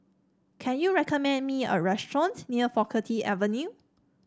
can you recommend me a restaurant near Faculty Avenue